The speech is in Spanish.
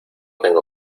tengo